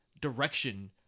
direction